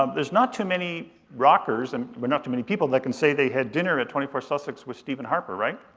um there's not too many rockers, and well not too many people, that can say they had dinner at twenty four sussex with stephen harper, right?